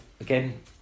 again